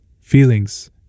feelings